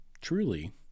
truly